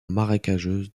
marécageuse